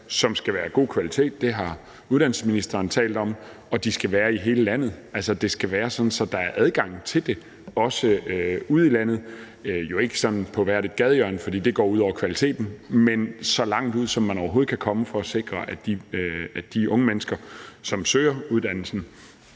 skal være af god kvalitet – det har uddannelsesministeren talt om – og at de skal være i hele landet. Det skal være sådan, at der er adgang til det, også ude i landet, jo ikke sådan på hvert et gadehjørne, for det går ud over kvaliteten, men så langt ud, som man overhovedet kan komme, for at sikre, at de unge mennesker, som søger uddannelsen,